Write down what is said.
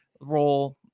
role